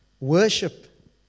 worship